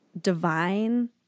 divine